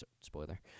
Spoiler